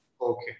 Okay